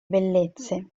bellezze